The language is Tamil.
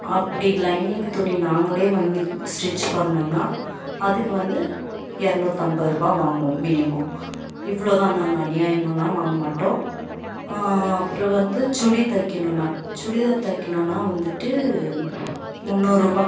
அப்படி லைனிங் துணி நாங்களே வாங்கி ஸ்டிட்ச் பண்ணோன்னால் அதுக்கு வந்து இரநூத்து ஐம்பது ரூபா வாங்குவோம் மினிமம் இவ்வளோதான் நாங்கள் அநியாயமாகலாம் வாங்க மாட்டோம் அப்புறம் வந்து சுடி தைக்கணும்னா சுடிதார் தைக்கணுன்னா வந்துட்டு முந்நூறுபாய்